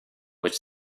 which